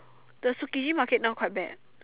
the Tsukiji market now quite bad